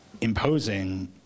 imposing